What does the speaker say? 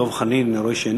דב חנין, אני רואה שאיננו.